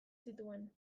zituen